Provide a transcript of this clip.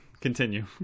continue